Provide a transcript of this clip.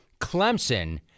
Clemson